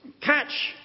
catch